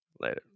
Later